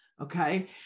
okay